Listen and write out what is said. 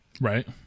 right